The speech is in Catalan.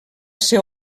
ser